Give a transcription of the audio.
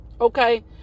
okay